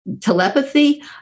telepathy